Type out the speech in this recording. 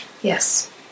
Yes